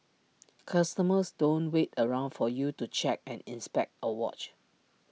customers don't wait around for you to check and inspect A watch